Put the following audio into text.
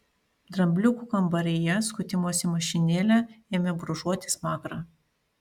drambliukų kambaryje skutimosi mašinėle ėmė brūžuoti smakrą